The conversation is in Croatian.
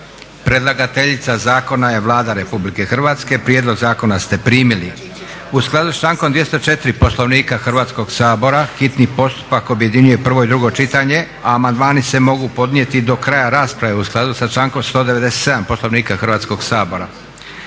Predlagateljica zakona je Vlada Republike Hrvatske. Prijedlog zakona ste primili. U skladu s člankom 204. Poslovnika Hrvatskog sabora hitni postupak objedinjuje prvo i drugo čitanje, a amandmani se mogu podnijeti do kraja rasprave u skladu sa člankom 197. Poslovnika Hrvatskog sabora.